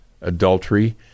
adultery